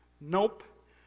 Nope